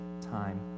time